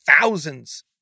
thousands